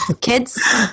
Kids